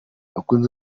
abakunzi